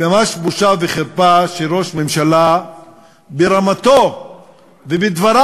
ממש בושה וחרפה שראש ממשלה ברמתו ובדבריו